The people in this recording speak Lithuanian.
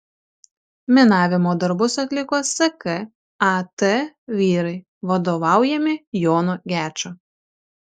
minavimo darbus atliko skat vyrai vadovaujami jono gečo